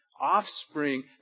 offspring